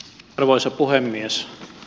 arvoisa puhemies